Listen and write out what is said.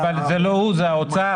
זה לא הוא, זה האוצר.